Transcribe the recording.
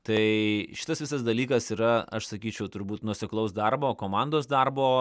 tai šitas visas dalykas yra aš sakyčiau turbūt nuoseklaus darbo komandos darbo